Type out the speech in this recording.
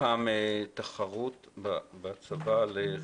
פעם הייתה תחרות בצבא לחיסכון,